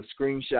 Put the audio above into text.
screenshot